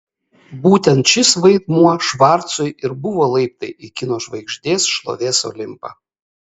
būtent šis vaidmuo švarcui ir buvo laiptai į kino žvaigždės šlovės olimpą